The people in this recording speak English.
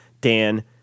Dan